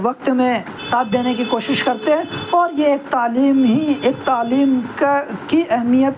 وقت میں ساتھ دینے کی کوشش کرتے ہیں اور یہ ایک تعلیم ہی ایک تعلیم کا کی اہمیت